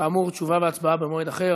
כאמור, תשובה והצבעה במועד אחר.